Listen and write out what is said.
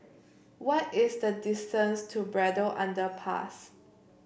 what is the distance to Braddell Underpass